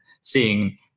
seeing